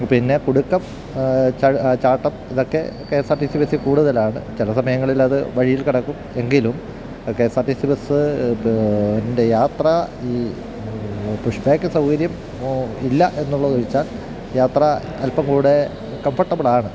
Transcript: പിന്നെ കുലുക്കം ചാട്ടം ഇതൊക്കെ K S R T C ബസ്സിൽ കൂടുതലാണ് ചില സമയങ്ങളിൽ അത് വഴിയിൽ കിടക്കും എങ്കിലും K S R T C bus ൻ്റെ യാത്ര ഈ പുഷ് ബാക്ക് സൗകര്യം ഇല്ല എന്നുള്ളത് ഒഴിച്ചാൽ യാത്ര അല്പം കൂടെ കംഫർട്ടബിൾ ആണ്